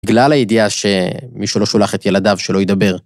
בגלל הידיעה שמישהו לא שולח את ילדיו שלא ידבר.